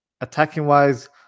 Attacking-wise